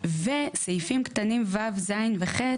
וסעיפים קטנים (ו), (ז), ו-(ח),